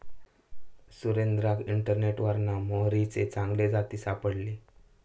सुरेंद्राक इंटरनेटवरना मोहरीचे चांगले जाती सापडले